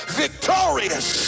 victorious